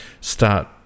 start